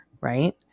right